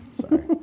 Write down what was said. Sorry